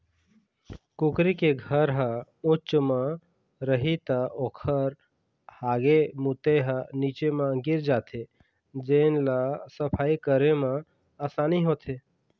कुकरी के घर ह उच्च म रही त ओखर हागे मूते ह नीचे म गिर जाथे जेन ल सफई करे म असानी होथे